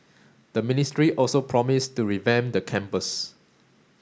the ministry also promised to revamp the campus